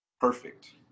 Perfect